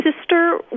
sister